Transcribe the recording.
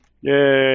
Yay